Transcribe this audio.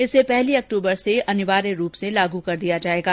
इसे पहली अक्टूबर से अनिवार्य रूप से लागू कर दिया जायेगा